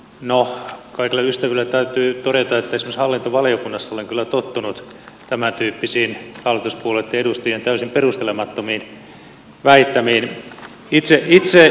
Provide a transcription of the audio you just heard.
noh kaikella ystävyydellä täytyy todeta että esimerkiksi hallintovaliokunnassa olen kyllä tottunut tämäntyyppisiin hallituspuolueitten edustajien täysin perustelemattomiin väittämiin